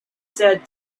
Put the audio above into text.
said